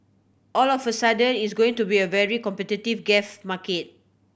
all of a sudden it's going to be a very competitive gas market